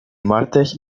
martes